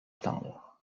tendre